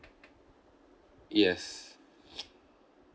yes